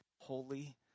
holy